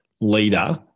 leader